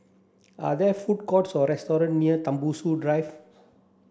are there food courts or restaurant near Tembusu Drive